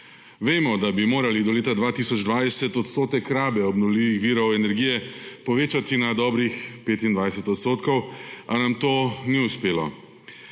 Vemo, da bi morali do leta 2020 odstotek rabe obnovljivih virov energije povečati na dobrih 25 %, a nam to ni uspelo.